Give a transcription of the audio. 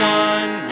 one